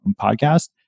podcast